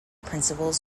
principles